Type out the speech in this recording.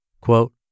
Quote